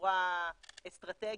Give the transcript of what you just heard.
בצורה אסטרטגית,